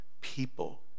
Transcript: people